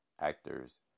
actors